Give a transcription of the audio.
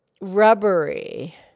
rubbery